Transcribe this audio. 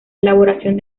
elaboración